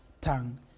tongue